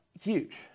Huge